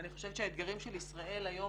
אני חושבת שהאתגרים של ישראל היום